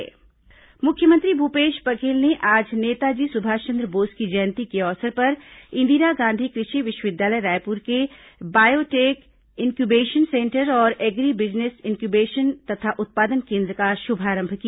मुख्यमंत्री कृषि विवि मुख्यमंत्री भूपेश बघेल ने आज नेताजी सुषाषचंद्र बोस की जयंती के अवसर पर इंदिरा गांधी कृषि विश्वविद्यालय रायपुर के बायोटेक इन्क्यूबेशन सेंटर और एग्री बिजनेस इन्क्यूबेशन तथा उत्पादन केन्द्र का श्भारंभ किया